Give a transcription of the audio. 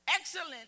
Excellent